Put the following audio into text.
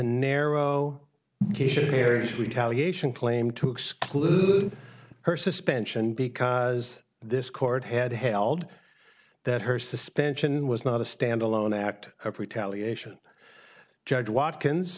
narrow their retaliation claim to exclude her suspension because this court had held that her suspension was not a standalone act of retaliation judge watkins